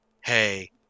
hey